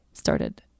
started